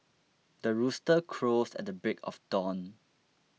the rooster crows at the break of dawn